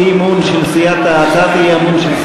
אי-אמון של סיעת העבודה.